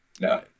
No